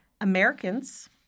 Americans